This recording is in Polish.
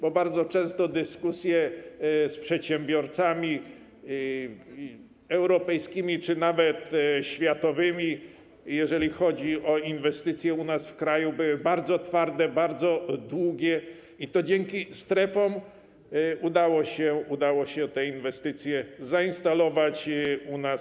Bardzo często dyskusje z przedsiębiorcami europejskimi czy nawet światowymi, jeżeli chodzi o inwestycje u nas, w kraju, były bardzo twarde, bardzo długie i to dzięki strefom udało się te inwestycje zainstalować u nas.